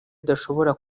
idashobora